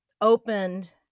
opened